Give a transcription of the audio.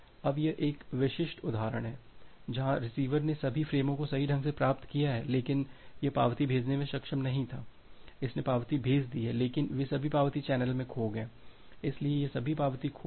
अब यहां एक विशिष्ट उदाहरण है जहां रिसीवर ने सभी फ़्रेमों को सही ढंग से प्राप्त किया है लेकिन यह पावती भेजने में सक्षम नहीं था इसने पावती भेज दी है लेकिन वे सभी पावती चैनल में खो गए इसलिए यह सभी पावती खो गई